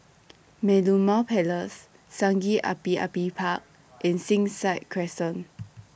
Merlimau Place Sungei Api Api Park and Springside Crescent